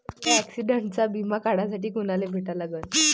मले ॲक्सिडंटचा बिमा काढासाठी कुनाले भेटा लागन?